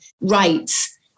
rights